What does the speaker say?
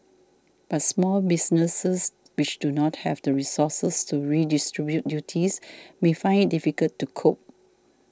but small businesses which do not have the resources to redistribute duties may find it difficult to cope